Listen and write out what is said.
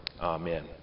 Amen